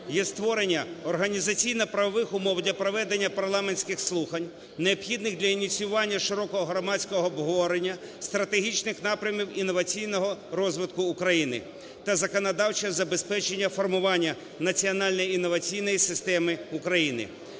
є створення організаційно-правових умов для проведення парламентських слухань, необхідних для ініціювання широкого громадського обговорення стратегічних напрямів інноваційного розвитку України та законодавчого забезпечення формування національно-інноваційної системи України,